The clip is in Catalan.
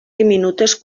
diminutes